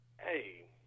Hey